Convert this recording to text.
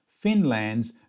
Finland's